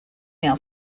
mail